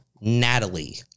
Natalie